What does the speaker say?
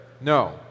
No